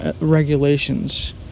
Regulations